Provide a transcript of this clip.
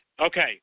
Okay